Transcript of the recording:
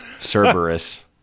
Cerberus